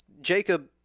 jacob